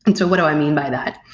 and so what do i mean by that?